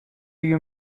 you